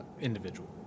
individual